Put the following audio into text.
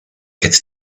get